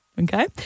okay